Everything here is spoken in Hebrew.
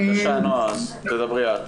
בבקשה נועה, תדברי את.